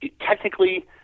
technically